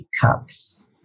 cups